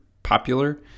popular